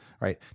right